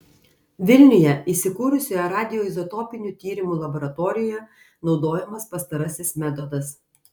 vilniuje įsikūrusioje radioizotopinių tyrimų laboratorijoje naudojamas pastarasis metodas